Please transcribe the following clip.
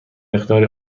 مقداری